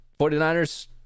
49ers